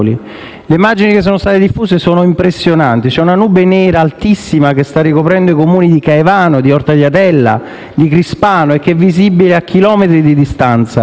Le immagini che sono state diffuse sono impressionanti; c'è una nube nera altissima che sta ricoprendo i Comuni di Caivano, di Orta di Atella, di Crispano, che è visibile a chilometri di distanza.